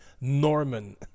Norman